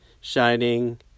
Shining